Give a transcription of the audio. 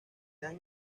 han